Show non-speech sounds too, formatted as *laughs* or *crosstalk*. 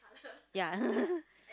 ya *laughs*